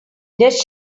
does